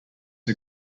her